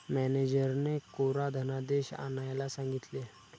मॅनेजरने कोरा धनादेश आणायला सांगितले